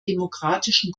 demokratischen